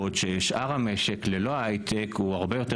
בעוד ששאר המשק ללא ההייטק הוא הרבה יותר